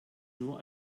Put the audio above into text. nur